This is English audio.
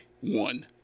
one